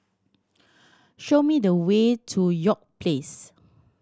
show me the way to York Place